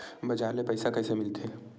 बजार ले पईसा कइसे मिलथे?